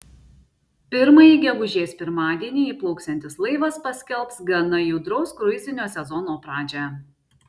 pirmąjį gegužės pirmadienį įplauksiantis laivas paskelbs gana judraus kruizinio sezono pradžią